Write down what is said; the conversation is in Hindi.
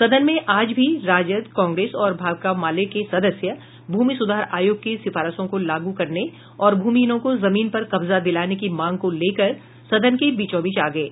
सदन में आज भी राजद कांग्रेस और भाकपा माले के सदस्य भूमि सुधार आयोग की सिफारिशों को लागू करने और भूमिहीनों को जमीन पर कब्जा दिलाने की मांग को लेकर सदन के बीचो बीच आ गये